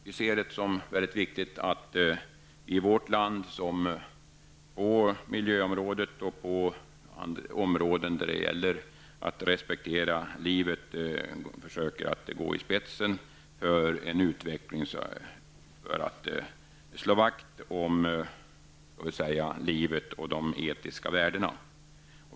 Vi ser det som väldigt viktigt att vårt land på miljöområdet och på andra områden då det gäller att respektera liv försöker att gå i spetsen för att slå vakt om livet och de etiska värdena.